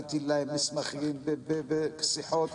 הבאתי להם מסמכים ושיחות